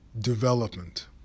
development